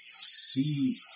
see